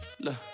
Look